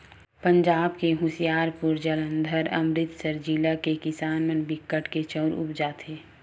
पंजाब के होसियारपुर, जालंधर, अमरितसर जिला के किसान मन बिकट के चाँउर उपजाथें